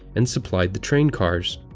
and supplied the train cars.